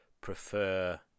prefer